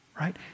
right